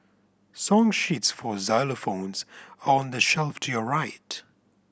song sheets for xylophones are on the shelf to your right